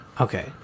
Okay